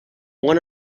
one